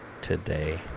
today